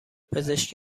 پزشک